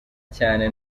cyane